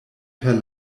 per